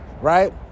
right